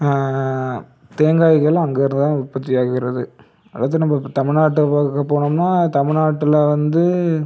தேங்காய்கள் அங்கேயிருந்துதான் உற்பத்தியாகிறது அடுத்து நம்ப தமிழ்நாட்டை பார்க்க போனோம்னா தமிழ்நாட்டில் வந்து